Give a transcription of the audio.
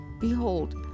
behold